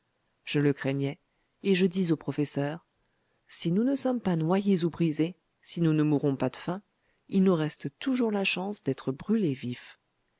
je le craignais et je dis au professeur si nous ne sommes pas noyés ou brisés si nous ne mourons pas de faim il nous reste toujours la chance d'être brûlés vifs